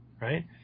right